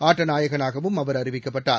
ஆட்டநாயகனாகவும் அவர் அறிவிக்கப்பட்டார்